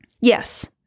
Yes